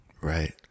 Right